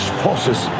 forces